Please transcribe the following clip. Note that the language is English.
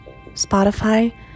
spotify